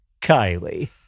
Kylie